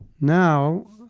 Now